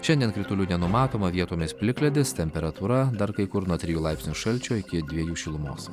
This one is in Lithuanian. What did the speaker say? šiandien kritulių nenumatoma vietomis plikledis temperatūra dar kai kur nuo trijų laipsnių šalčio iki dviejų šilumos